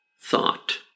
thought